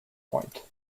point